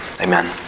Amen